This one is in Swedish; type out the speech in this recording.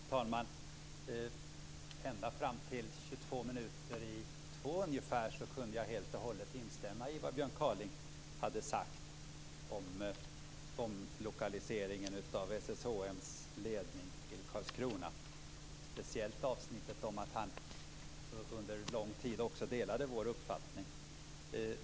Fru talman! Ända tills klockan var ungefär 22 minuter i 2 kunde jag helt och hållet instämma i det Björn Kaaling hade sagt om omlokaliseringen av SSHM:s ledning till Karlskrona, speciellt avsnittet om att han under lång tid också delade vår uppfattning.